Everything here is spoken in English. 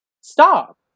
Stop